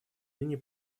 ныне